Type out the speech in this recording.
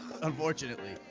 Unfortunately